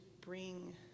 bring